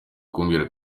kumbwira